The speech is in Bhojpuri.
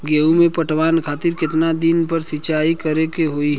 गेहूं में पटवन खातिर केतना दिन पर सिंचाई करें के होई?